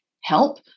help